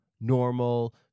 normal